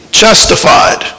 justified